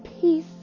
peace